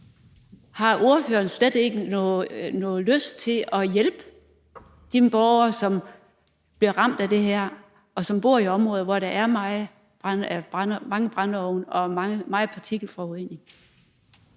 Har ordføreren slet ikke nogen lyst til at hjælpe de borgere, som bliver ramt af det her, og som bor i områder, hvor der er mange brændeovne og meget partikelforurening?